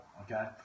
Okay